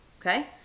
okay